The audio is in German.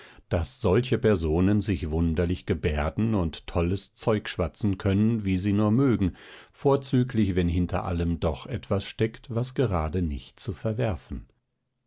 daß solche personen sich wunderlich gebärden und tolles zeug schwatzen können wie sie nur mögen vorzüglich wenn hinter allem doch etwas steckt was gerade nicht zu verwerfen